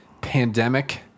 pandemic